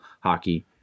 hockey